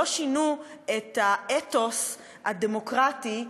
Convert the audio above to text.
לא שינו את האתוס הדמוקרטי,